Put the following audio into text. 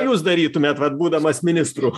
jūs darytumėt vat būdamas ministru